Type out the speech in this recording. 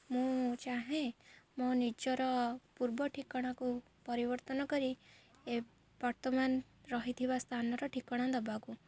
ମୁଁ ଚାହେଁ ମୋ ନିଜର ପୂର୍ବ ଠିକଣାକୁ ପରିବର୍ତ୍ତନ କରି ଏ ବର୍ତ୍ତମାନ ରହିଥିବା ସ୍ଥାନର ଠିକଣା ଦବାକୁ